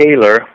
Taylor